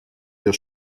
der